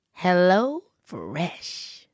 HelloFresh